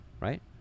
right